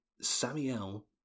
Samuel